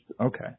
okay